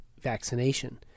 vaccination